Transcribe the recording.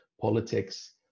politics